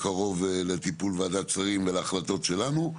הקרוב לטיפול וועדת שרים ולהחלטות שלנו,